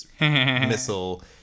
missile